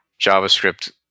JavaScript